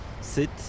sit